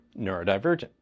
neurodivergent